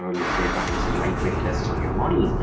um let's say, running some lightweight tests on your model,